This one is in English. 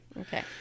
Okay